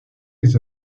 les